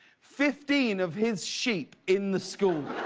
fifteen of his sheep in the school